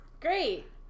Great